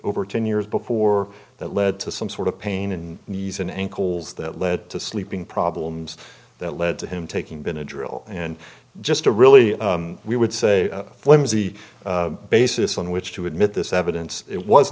over ten years before that led to some sort of pain in knees and ankles that led to sleeping problems that led to him taking been a drill and just a really we would say flimsy basis on which to admit this evidence it was